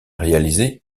réalisé